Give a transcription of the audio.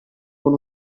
con